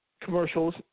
commercials